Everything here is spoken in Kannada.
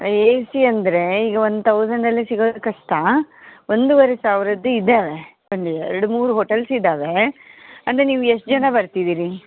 ಎ ಸಿ ಅಂದರೆ ಈಗ ಒಂದು ತೌಸಂಡಲ್ಲೇ ಸಿಗೋದು ಕಷ್ಟ ಒಂದುವರೆ ಸಾವಿರದ್ದು ಇದ್ದಾವೆ ಒಂದು ಎರಡು ಮೂರು ಹೋಟೆಲ್ಸ್ ಇದ್ದಾವೆ ಅಂದರೆ ನೀವು ಎಷ್ಟು ಜನ ಬರ್ತಿದೀರಿ